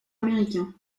américains